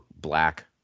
black